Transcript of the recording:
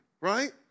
right